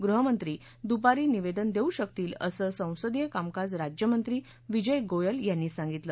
गृहमंत्री दुपारी निवस्ति दस्ति शकतील असं संसदीय कामकाज राज्यमंत्री विजय गोयल यांनी सांगितलं